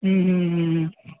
હં હં હં